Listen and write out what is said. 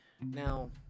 Now